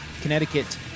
Connecticut